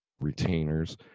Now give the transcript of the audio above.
retainers